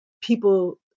people